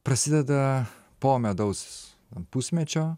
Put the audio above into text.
prasideda po medaus pusmečio